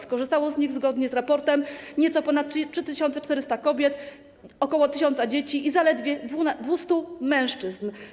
Skorzystało z nich zgodnie z raportem nieco ponad 3400 kobiet, ok. 1000 dzieci i zaledwie 200 mężczyzn.